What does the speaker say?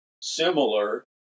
similar